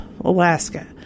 Alaska